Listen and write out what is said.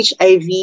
HIV